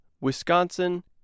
Wisconsin